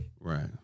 Right